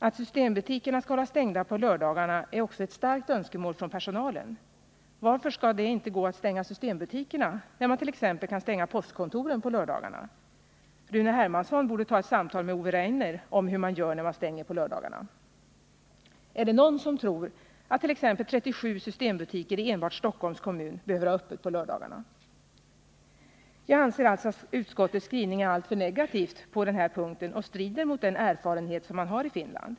Att systembutikerna skall hållas stängda på lördagar är också ett starkt önskemål från personalen. Varför skall det inte gå att stänga systembutikerna, när man t.ex. kan stänga postkontoren på lördagarna? Rune Hermansson borde ta ett samtal med Ove Rainer om hur man gör när man stänger på lördagarna. Är det för övrigt någon som tror att t.ex. 37 systembutiker i enbart Stockholms kommun behöver ha öppet på lördagarna? Jag anser alltså att utskottets skrivning är alltför negativ på den här punkten och att den strider mot den erfarenhet man har i Finland.